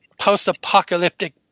post-apocalyptic